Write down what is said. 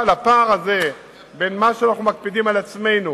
אבל הפער הזה בין מה שאנחנו מקפידים על עצמנו,